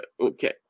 Okay